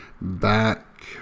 back